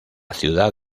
ciudad